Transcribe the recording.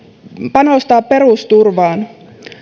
panostaa perusturvaan